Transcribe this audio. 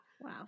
Wow